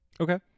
okay